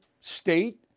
state